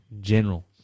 general